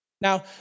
Now